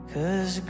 Cause